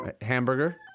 Hamburger